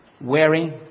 wearing